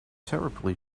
terribly